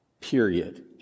period